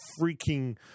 freaking